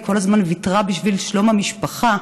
והיא כל הזמן ויתרה בשביל שלום המשפחה.